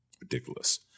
ridiculous